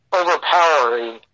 overpowering